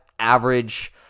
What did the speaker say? average